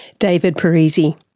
david parisi.